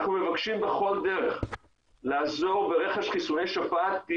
אנחנו מבקשים בכל דרך לעזור ברכש חיסוני שפעת,